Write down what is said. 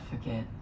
forget